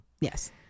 Yes